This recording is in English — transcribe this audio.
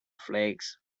flakes